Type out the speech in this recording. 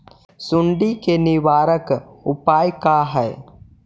सुंडी के निवारक उपाय का हई?